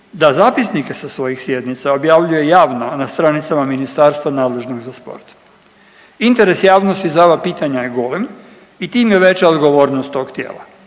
da zapisnike sa svojih sjednica objavljuje javno na stranicama ministarstva nadležnog za sport. Interes javnosti za ova pitanja je golem i tim je veća odgovornost tog tijela.